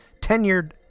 tenured